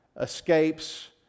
escapes